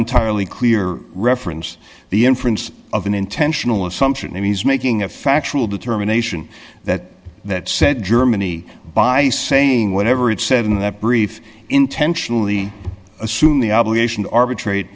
entirely clear reference the inference of an intentional assumption he's making a factual determination that that said germany by saying whatever it said in that brief intentionally assume the obligation to arbitra